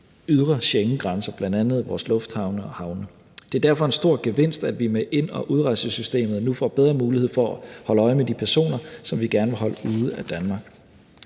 ydre Schengengrænser, bl.a. i vores lufthavne og havne. Det er derfor en stor gevinst, at vi med ind- og udrejsesystemet nu får bedre mulighed for at holde øje med de personer, som vi gerne vil holde ude af Danmark.